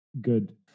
good